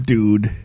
Dude